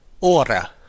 ora